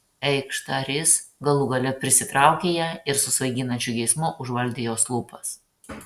eikš tarė jis galų gale prisitraukė ją ir su svaiginančiu geismu užvaldė jos lūpas